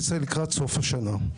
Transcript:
ייצא לקראת סוף השנה.